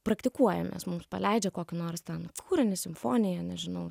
praktikuojamės mums paleidžia kokį nors ten kūrinį simfoniją nežinau